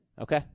Okay